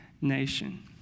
nation